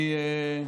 לגיטימי.